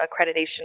accreditation